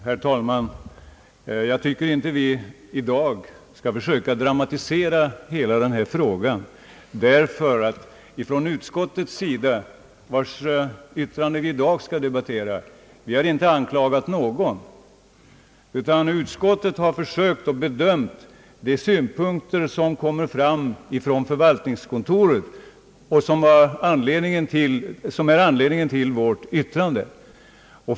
Herr talman! Jag tycker inte vi i dag skall försöka dramatisera hela denna fråga. Utskottet, vars yttrande vi i dag debatterar, har nämligen inte anklagat någon utan har försökt bedöma de synpunkter som kommit fram från förvaltningskontoret och som är anledningen till vårt yttrande.